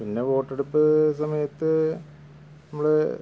പിന്നെ വോട്ടെടുപ്പ് സമയത്ത് നമ്മൾ